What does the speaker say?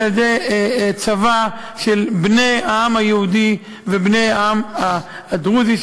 אלא על-ידי צבא של בני העם היהודי ובני העם הדרוזי,